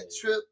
trip